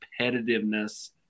competitiveness